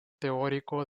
teórico